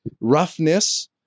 roughness